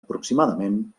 aproximadament